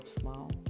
smile